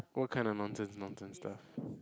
what kind of nonsense nonsense stuff